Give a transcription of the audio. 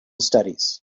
studies